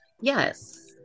yes